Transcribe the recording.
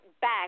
back